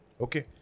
Okay